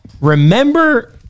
remember